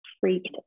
freaked